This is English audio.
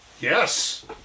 Yes